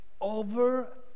over